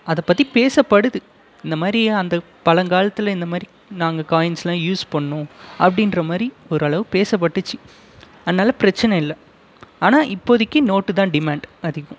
அதை பற்றி பேசப்படுது இந்தமாதிரி அந்த பழங்காலத்தில் இந்தமாதிரி நாங்கள் காய்ன்ஸ் எல்லாம் யூஸ் பண்ணோம் அப்படின்ற மாதிரி ஓரளவு பேசப்பட்டுச்சு அதனால் பிரச்சனை இல்லை ஆனால் இப்போதைக்கு நோட்டு தான் டிமாண்ட் அதிகம்